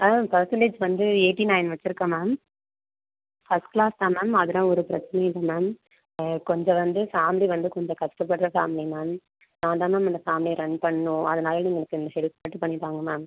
percentage வந்து eighty nine வச்சுருக்கேன் ma'am first class தான் மேம் அதெலாம் ஒரு பிரச்சனையும் இல்லை மேம் கொஞ்சம் வந்து ஃபேம்லி வந்து கொஞ்சம் கஷ்ட படுற ஃபேம்லி மேம் நான் தான் மேம் எங்கள் ஃபேம்லியை ரன் பண்ணனும் அதனால் எனக்கு இந்த ஹெல்ப் மட்டும் பண்ணி தாங்க மேம்